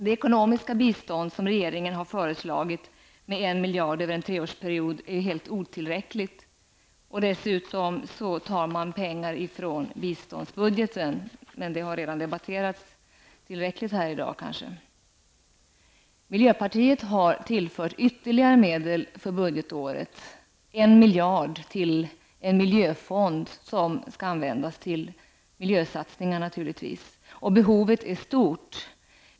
Det ekonomiska bistånd som regeringen har föreslagit, uppgående till 1 miljard över en treårsperiod, är helt otillräckligt. Dessutom tar man pengar från biståndsbudgeten -- men det har kanske redan debatterats tillräckligt här i dag. Miljöpartiet har föreslagit ytterligare medel för budgetåret: 1 miljard till en miljöfond, som naturligtvis skall användas till miljösatsningar. Behovet är stort.